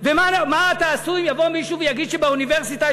אתם לא מבינים שאי-אפשר לחוקק חוקים מהסוג הזה.